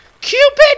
Cupid